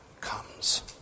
comes